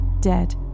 dead